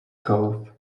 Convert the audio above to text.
cove